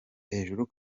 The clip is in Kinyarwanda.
hejuru